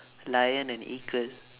lion and eagle